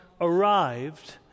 arrived